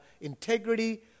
integrity